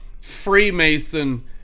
Freemason